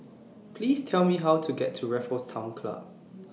Please Tell Me How to get to Raffles Town Club